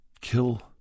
kill